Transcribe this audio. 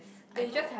I know of